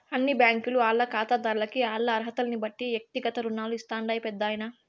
అన్ని బ్యాంకీలు ఆల్ల కాతాదార్లకి ఆల్ల అరహతల్నిబట్టి ఎక్తిగత రుణాలు ఇస్తాండాయి పెద్దాయనా